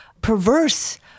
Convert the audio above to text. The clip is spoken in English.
perverse